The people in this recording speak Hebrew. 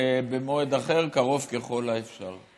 במועד אחר, קרוב ככל האפשר.